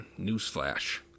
Newsflash